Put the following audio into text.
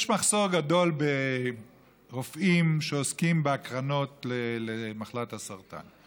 יש מחסור גדול ברופאים שעוסקים בהקרנות במחלת הסרטן,